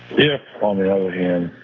if on the other hand,